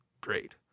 great